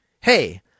Hey